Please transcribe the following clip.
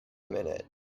minute